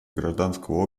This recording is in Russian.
гражданского